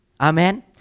Amen